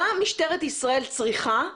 מה משטרת ישראל צריכה,